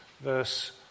verse